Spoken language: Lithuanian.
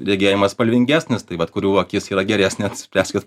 regėjimas spalvingesnis tai vat kurių akis yra geresnė spręskit